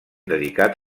dedicat